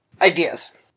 ideas